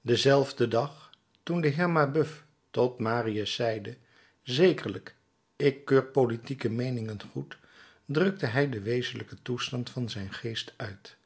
denzelfden dag toen de heer mabeuf tot marius zeide zekerlijk ik keur politieke meeningen goed drukte hij den wezenlijken toestand van zijn geest uit